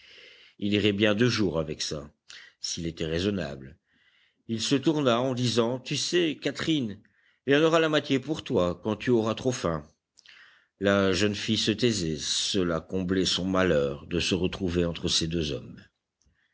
il irait bien deux jours avec ça s'il était raisonnable il se tourna en disant tu sais catherine il y en aura la moitié pour toi quand tu auras trop faim la jeune fille se taisait cela comblait son malheur de se retrouver entre ces deux hommes